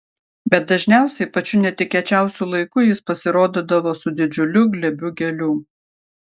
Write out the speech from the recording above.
bet dažniausiai pačiu netikėčiausiu laiku jis pasirodydavo su didžiuliu glėbiu gėlių